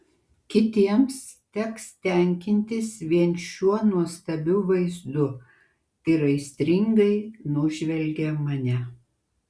kitiems teks tenkintis vien šiuo nuostabiu vaizdu ir aistringai nužvelgia mane